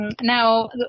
Now